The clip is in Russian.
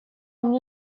мне